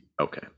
Okay